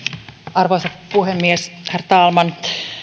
arvoisa puhemies herr talman